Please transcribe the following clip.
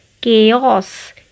chaos